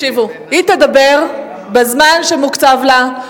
תקשיבו: היא תדבר בזמן שמוקצב לה,